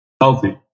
healthy